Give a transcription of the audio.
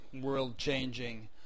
world-changing